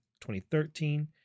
2013